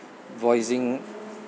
voicing